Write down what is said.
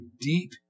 deep